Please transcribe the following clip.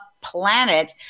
planet